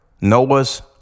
Noah's